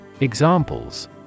Examples